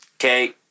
Okay